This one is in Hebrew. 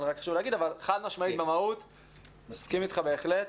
אבל חד משמעית מסכים אתך בהחלט.